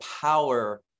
power